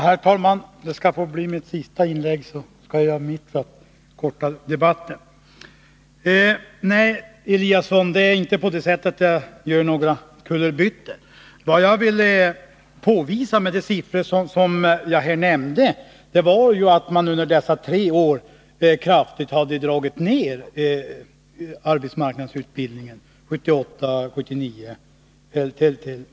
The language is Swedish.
Herr talman! Det här skall få bli mitt sista inlägg i den här diskussionen — därmed har jag gjort mitt för att avkorta debatten. Om arbetslösheten Nej, Ingemar Eliasson, jag gör inte några kullerbyttor. Vad jag ville påvisa —; Västerbottens, med de siffror jag här nämnde var att man under de tre åren från 1978 82 kraftigt har dragit ned arbetsmarknadsutbildningen.